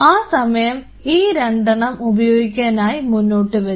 ആ സമയം ഈ രണ്ടെണ്ണം ഉപയോഗിക്കാനായി മുന്നോട്ടു വരും